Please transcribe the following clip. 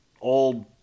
old